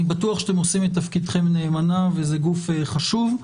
אני בטוח שאתם עושים את תפקידכם נאמנה וזה גוף חשוב.